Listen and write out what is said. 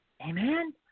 Amen